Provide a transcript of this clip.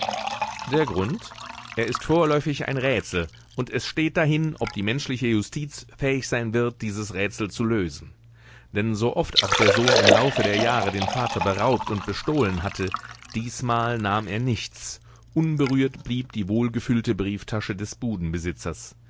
der grund er ist vorläufig ein rätsel und es steht dahin ob die menschliche justiz fähig sein wird dieses rätsel zu lösen denn so oft auch der sohn im laufe der jahre den vater beraubt und bestohlen hatte diesmal nahm er nichts unberührt blieb die wohlgefüllte brieftasche des budenbesitzers